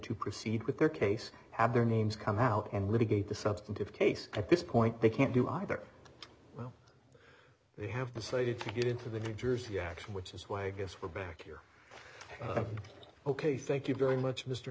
to proceed with their case after names come out and litigate the substantive case at this point they can't do either well they have decided to get into the new jersey action which is why i guess we're back here ok thank you very much mr